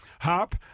hop